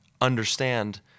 understand